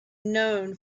known